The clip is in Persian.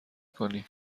کنی